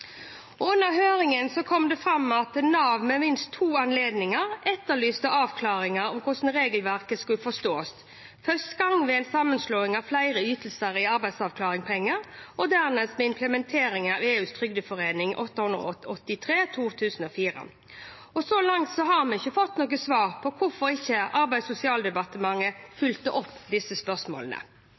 kom det fram at Nav ved minst to anledninger etterlyste avklaringer av hvordan regelverket skulle forstås – første gang ved sammenslåingen av flere ytelser til arbeidsavklaringspenger og dernest ved implementeringen av EUs trygdeforordning 883/2004. Så langt har vi ikke fått noe svar på hvorfor ikke Arbeids- og sosialdepartementet fulgte opp disse spørsmålene.